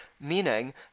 meaning